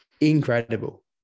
incredible